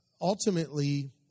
Ultimately